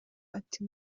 bati